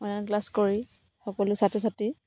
online class কৰি সকলো ছাত্ৰ ছাত্ৰী